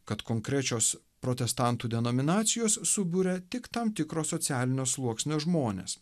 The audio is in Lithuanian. kad konkrečios protestantų denominacijos suburia tik tam tikro socialinio sluoksnio žmones